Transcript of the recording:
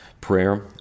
prayer